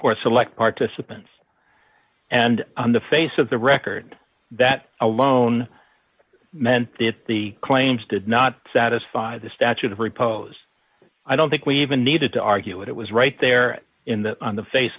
or select participants and on the face of the record that alone meant that the claims did not satisfy the statute of repose i don't think we even needed to argue it it was right there in the on the face